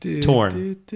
Torn